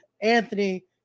Anthony